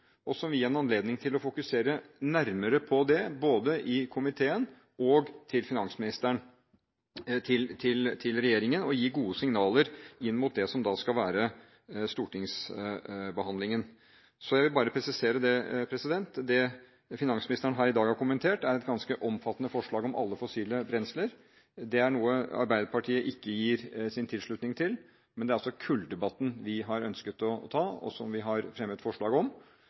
som vil gi en anledning til å fokusere nærmere på det både i komiteen og for finansministeren og regjeringen, og vil gi gode signaler inn mot det som skal være stortingsbehandlingen. Jeg vil bare presisere det. Det finansministeren her i dag har kommentert, er et ganske omfattende forslag om alle fossile brensler. Det er noe Arbeiderpartiet ikke gir sin tilslutning til. Det er kulldebatten vi har ønsket å ta, og som vi har fremmet forslag om.